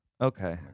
Okay